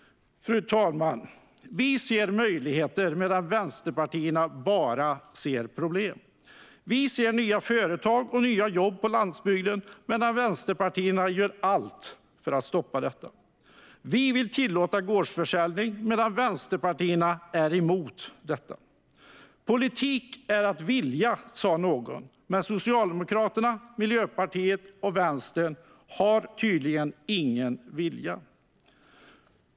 Fru talman! Vi ser möjligheter, medan vänsterpartierna bara ser problem. Vi ser nya företag och nya jobb på landsbygden, medan vänsterpartierna gör allt för att stoppa detta. Vi vill tillåta gårdsförsäljning, medan vänsterpartierna är emot detta. Politik är att vilja, sa någon, men Socialdemokraterna, Miljöpartiet och Vänstern har tydligen ingen vilja.